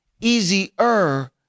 easier